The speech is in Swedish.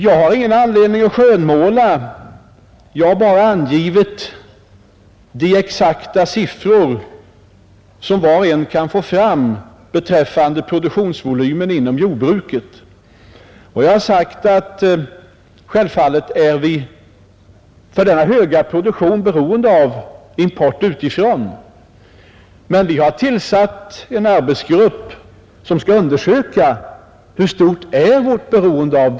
Jag har ingen anledning att skönmåla. Jag har bara angivit de exakta siffror som var och en kan få fram beträffande produktionsvolymen inom jordbruket. Jag har sagt att vi självfallet för denna höga produktion är beroende av import utifrån, men vi har tillsatt en arbetsgrupp som skall undersöka hur stort vårt beroende är.